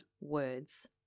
words